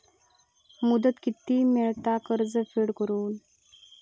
मुदत किती मेळता कर्ज फेड करून?